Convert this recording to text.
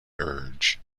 urge